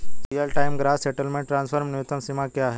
Real time gross settlement transfer में न्यूनतम सीमा क्या है?